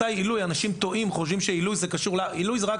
אנשים חושבים שהגדרת "עילוי" מתארת את הכישרון,